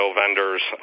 vendors